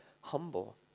humble